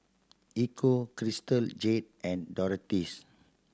Ecco Crystal Jade and Doritos